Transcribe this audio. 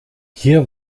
hier